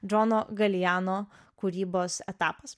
džono galijano kūrybos etapas